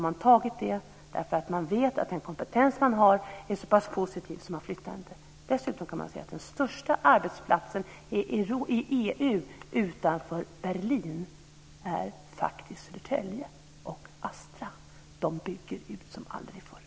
De har accepterat dem eftersom de vet att den kompetens de har är så positiv. Därför flyttar de inte. Den största arbetsplatsen i EU utanför Berlin är faktiskt Södertälje och Astra. De bygger ut som aldrig förr.